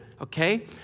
okay